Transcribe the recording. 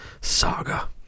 Saga